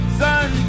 sun